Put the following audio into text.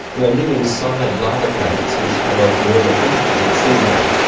and they live inside lava caves, which have a warmer temperature of seawater.